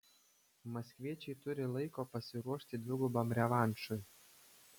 maskviečiai turi laiko pasiruošti dvigubam revanšui